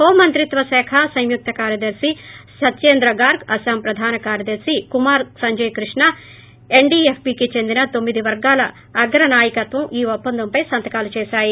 హోంమంత్రిత్వ శాఖ సంయుక్త కార్యదర్శి సత్వేంద్ర గార్గ్ అస్పాం ప్రధాన కార్యదర్శి కుమార్ సంజయ్ కృష్ణ ఎన్డిఎఫ్బికి చెందిన తొమ్మిది వర్గాల అగ్ర నాయకత్వం ఈ ఒప్పందంపై సంతకం చేశాయి